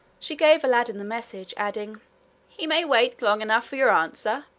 she gave aladdin the message, adding he may wait long enough for your answer!